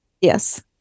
Yes